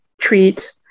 treat